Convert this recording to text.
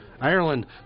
Ireland